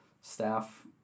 staff